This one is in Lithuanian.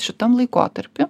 šitam laikotarpy